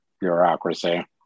bureaucracy